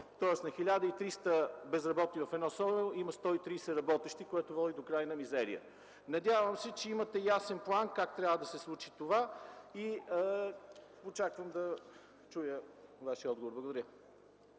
Тоест, на 1300 безработни в едно село, има 130 работещи, което води до крайна мизерия. Надявам се, че имате ясен план как трябва да се случи това и очаквам да чуя Вашия отговор. Благодаря.